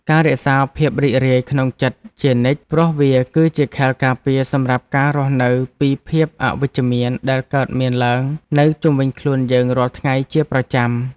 ការរក្សាភាពរីករាយក្នុងចិត្តជានិច្ចព្រោះវាគឺជាខែលការពារសម្រាប់ការរស់នៅពីភាពអវិជ្ជមានដែលកើតមានឡើងនៅជុំវិញខ្លួនយើងរាល់ថ្ងៃជាប្រចាំ។